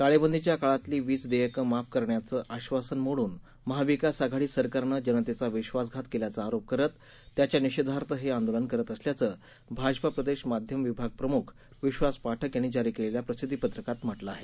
टाळेबदीच्या काळातली वीज देयक माफ करण्याचं आश्वासन मोडून महाविकास आघाडी सरकारनं जनतेचा विश्वासघात केल्याचा आरोप करत त्याच्या निषेधार्थ हे आंदोलन करत असल्याचं भाजपा प्रदेश माध्यम विभाग प्रमुख विश्वास पाठक यांनी जारी केलेल्या प्रसिद्धी पत्रकात म्हटलं आहे